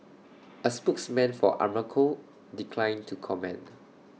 A spokesman for Aramco declined to comment